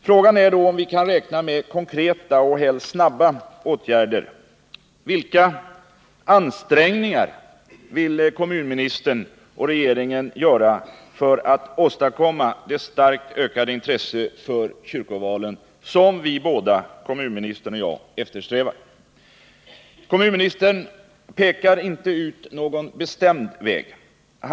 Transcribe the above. Frågan är då om vi kan räkna med konkreta och helst snabba åtgärder. Vilka ansträngningar vill kommunministern och regeringen göra för att åstadkomma det starkt ökade intresse för kyrkovalen sum både kommunministern och jag eftersträvar? Kommunministern pekar inte ut någon bestämd väg.